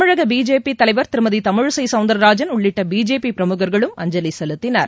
தமிழக பிஜேபி தலைவர் திருமதி தமிழிசை சவுந்திரராஜன் உள்ளிட்ட பிஜேபி பிரமுகர்களும் அஞ்சலி செலுத்தினர்